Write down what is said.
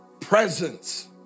presence